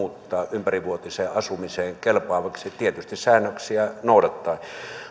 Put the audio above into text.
ympärivuotiseen asumiseen kelpaavaksi tietysti säännöksiä noudattaen mutta kun